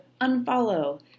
Unfollow